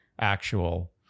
Actual